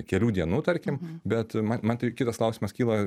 kelių dienų tarkim bet ma man tai kitas klausimas kyla